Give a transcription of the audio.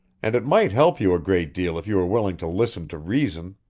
and it might help you a great deal if you are willing to listen to reason.